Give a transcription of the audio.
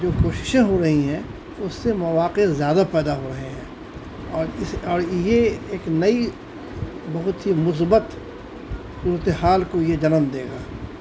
جو کوششیں ہو رہی ہیں اس سے مواقع زیادہ پیدا ہو رہے ہیں اور اس اور یہ ایک نئی بہت ہی مثبتت حال کو یہ جنم دے گا